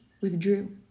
withdrew